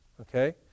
okay